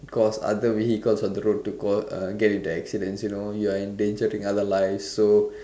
cause other vehicles on the road to coll~ uh get into accidents you know you are endangering other lives so